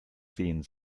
sehen